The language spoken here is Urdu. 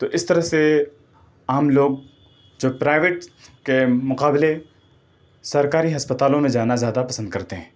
تو اس طرح سے عام لوگ جو پرائیویٹ کے مقابلے سرکاری ہسپتالوں میں جانا زیادہ پسند کرتے ہیں